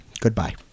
Goodbye